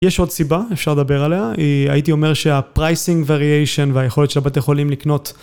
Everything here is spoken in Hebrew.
יש עוד סיבה, אפשר לדבר עליה, היא... הייתי אומר שה-Pricing Variation והיכולת של הבתי חולים לקנות...